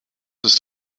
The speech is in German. ist